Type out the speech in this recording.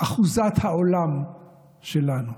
אחוזת העולם שלנו.